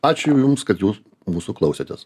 ačiū jums kad jūs mūsų klausėtės